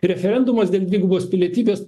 referendumas dėl dvigubos pilietybės